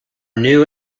new